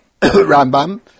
Rambam